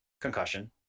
concussion